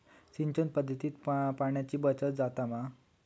सिंचन पध्दतीत पाणयाची बचत जाता मा?